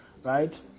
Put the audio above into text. Right